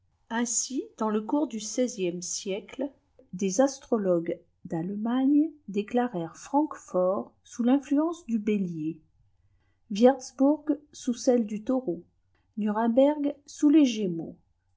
ainsi dans le cours du seizième siècle des astrologues d'allemagne déclarèrent francfort sous l'influence du bélier viertzbourg sous celle du taureau nuremberg sous les gémeaux